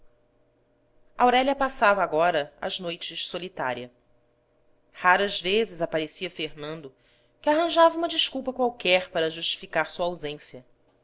aurélia passava agora as noites solitária raras vezes aparecia fernando que arranjava uma desculpa qualquer para justificar sua ausência